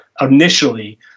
Initially